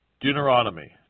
Deuteronomy